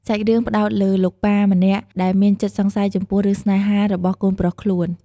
សាច់រឿងផ្តោតលើលោកប៉ាម្នាក់ដែលមានចិត្តសង្ស័យចំពោះរឿងស្នេហារបស់កូនប្រុសខ្លួន។